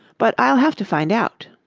but i'll have to find out.